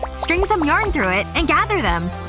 string some yarn through it, and gather them.